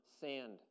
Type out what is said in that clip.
sand